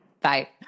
Bye